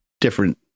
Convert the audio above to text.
different